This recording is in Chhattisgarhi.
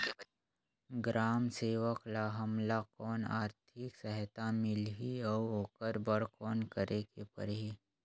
ग्राम सेवक ल हमला कौन आरथिक सहायता मिलही अउ ओकर बर कौन करे के परही?